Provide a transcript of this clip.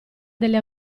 delle